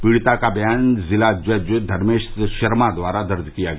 पीड़िता का बयान जिला जज धर्मेश शर्मा द्वारा दर्ज किया गया